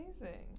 Amazing